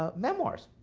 ah memoirs.